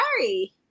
sorry